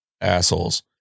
assholes